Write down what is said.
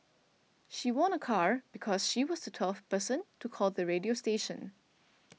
she won a car because she was the twelfth person to call the radio station